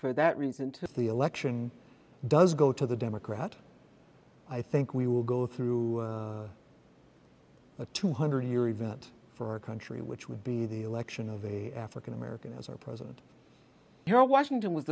for that reason to the election does go to the democrat i think we will go through a two hundred year event for our country which would be the election of a african american as our president here washington was